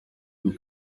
you